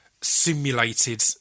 simulated